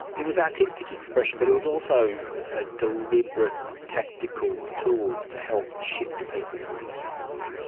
it was artistic expression but it was also a deliberate tactical tool to help shift people's thinking, wasn't it.